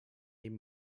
ell